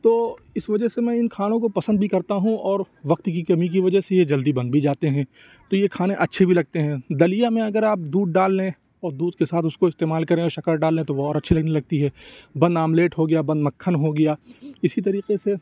تو اِس وجہ سے میں اِن کھانوں کو پسند بھی کرتا ہوں اور وقت کی کمی کی وجہ سے یہ جلدی بن بھی جاتے ہیں تو یہ کھانے اچھے بھی لگتے ہیں دلیا میں اگر آپ دودھ ڈال لیں اور دودھ کے ساتھ اُس کو استعمال کریں اور شَکر ڈال لیں تو وہ اور اچھی لگنے لگتی ہے بند آملیٹ ہو گیا بند مکھن ہو گیا اِسی طریقے سے